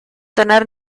tener